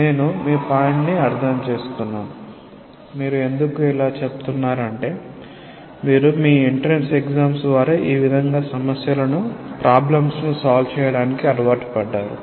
నేను మీ పాయింట్ ని అర్థం చేసుకున్నాను మీరు ఎందుకు ఇలా చెప్తున్నారు అంటే మీరు మీ ఎంట్రన్స్ ఎక్సామ్స్ ద్వారా ఈ విధంగా సమస్యలను పరిష్కరించడానికి అలవాటు పడ్డారు